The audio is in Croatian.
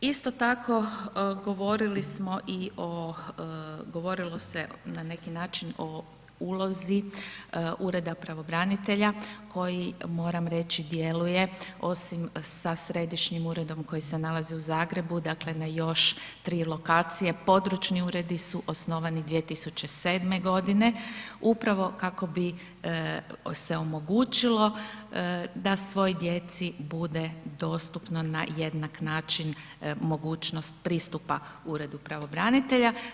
Isto tako, govorili smo i o, govorilo se na neki način o ulozi ureda pravobranitelja koji, moram reći djeluje osim sa središnjim uredom koji se nalazi u Zagrebu, dakle na još tri lokacije, područni uredi su osnovani 2007. godine upravo kako bi se omogućilo da svoj djeci bude dostupno na jednak način mogućnost pristupa uredu pravobranitelja.